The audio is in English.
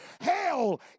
Hell